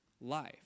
life